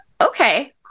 okay